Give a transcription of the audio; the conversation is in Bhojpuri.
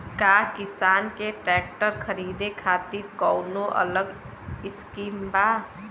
का किसान के ट्रैक्टर खरीदे खातिर कौनो अलग स्किम बा?